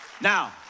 Now